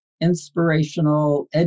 inspirational